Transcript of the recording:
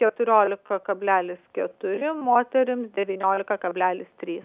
keturiolika kablelis keturi moterims devyniolika kablelis trys